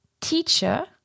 teacher